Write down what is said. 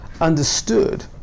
understood